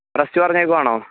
rest പറഞ്ഞേക്കുവാണോ